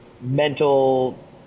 mental